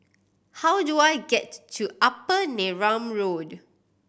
how do I get to Upper Neram Road